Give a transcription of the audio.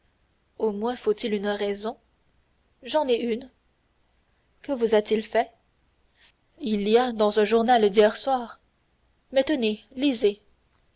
au moins faut-il une raison j'en ai une que vous a-t-il fait il y a dans un journal d'hier soir mais tenez lisez